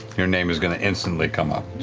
your name is going to instantly come up.